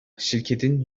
şirketin